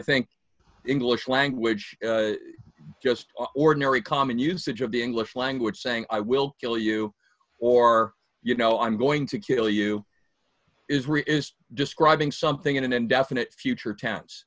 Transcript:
think english language just ordinary common usage of the english language saying i will kill you or you know i'm going to kill you israel is describing something in an indefinite future t